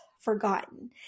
forgotten